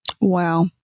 Wow